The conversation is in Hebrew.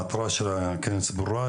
המטרה של הכנס ברורה,